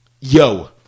yo